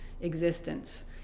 existence